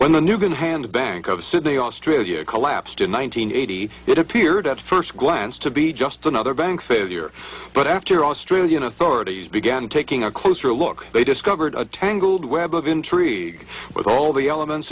when the new going to hand bank of sydney australia collapsed in one nine hundred eighty what appeared at first glance to be just another bank failure but after australian authorities began taking a closer look they discovered a tangled web of intrigue with all the elements